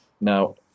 Now